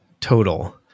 total